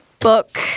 Book